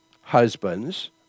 Husbands